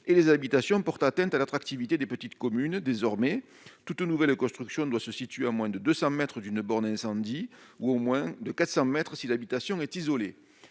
et les habitations porte atteinte à l'attractivité des petites communes. Désormais, toute nouvelle construction doit se situer à moins de 200 mètres d'une borne incendie, cette distance étant portée à 400 mètres si l'habitation est isolée.